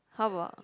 how about